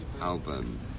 album